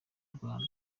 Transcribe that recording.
rwanda